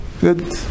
good